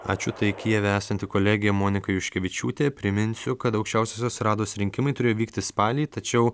ačiū tai kijeve esanti kolegė monika juškevičiūtė priminsiu kad aukščiausiosios rados rinkimai turėjo vykti spalį tačiau